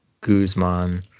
Guzman